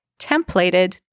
templated